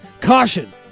Caution